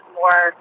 more